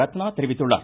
ரத்னா தெரிவித்துள்ளார்